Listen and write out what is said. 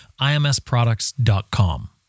IMSproducts.com